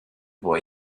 boy